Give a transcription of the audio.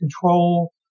control